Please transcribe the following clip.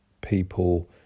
people